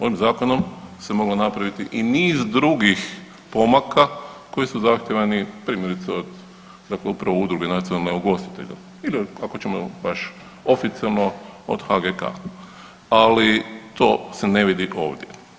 Ovim zakonom se moglo napraviti i niz drugih pomaka koji su zahtijevani primjerice od dakle upravo Udruge nacionalnih ugostitelja ili ako ćemo baš oficijelno od HGK, ali to se ne vidi ovdje.